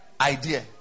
idea